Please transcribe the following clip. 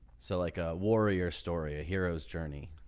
so like a warrior story. a hero's journey.